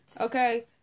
Okay